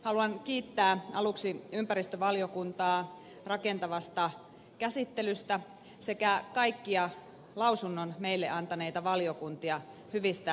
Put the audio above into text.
haluan kiittää aluksi ympäristövaliokuntaa rakentavasta käsittelystä sekä kaikkia lausunnon meille antaneita valiokuntia hyvistä näkemyksistä